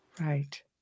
right